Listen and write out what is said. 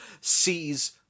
sees